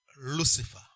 Lucifer